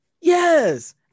yes